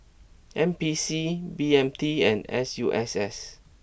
N P C B M T and S U S S